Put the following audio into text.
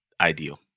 ideal